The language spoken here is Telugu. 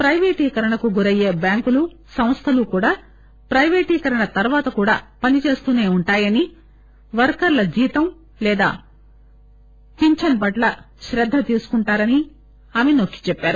పైపేటీకరణకు గురయ్యే బ్యాంకులు సంస్థలు కూడా ప్రైవేటీకరణ తర్వాత పనిచేస్తూనే ఉంటాయని వర్కర్ణ జీతం లేదా పెన్వస్ పట్ల శ్రద్ద తీసుకుంటామని ఆమె నొక్కి చెప్పారు